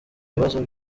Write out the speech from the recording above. ibibazo